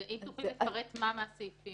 האם תוכלי לפרט מה מהסעיפים?